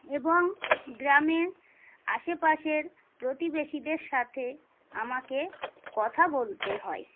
এবং গ্রামের আশেপাশের প্রতিবেশীদের সাথে আমাকে কথা বলতে হয়